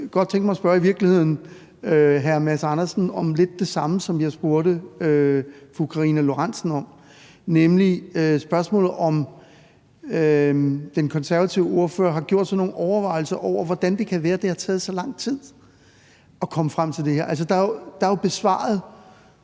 godt tænke mig at spørge hr. Mads Andersen om lidt det samme, som jeg spurgte fru Karina Lorentzen Dehnhardt om, nemlig spørgsmålet om, om den konservative ordfører har gjort sig nogle overvejelser over, hvordan det kan være, at det har taget så lang tid at komme frem til det her. Der er jo besvaret